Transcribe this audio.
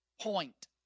point